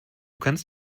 kannst